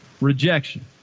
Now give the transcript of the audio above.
rejection